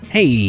Hey